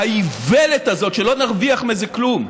האיוולת הזאת: לא נרוויח מזה כלום,